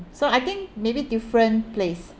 so I think maybe different place